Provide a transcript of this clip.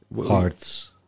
hearts